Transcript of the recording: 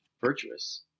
virtuous